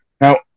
Now